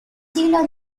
siglo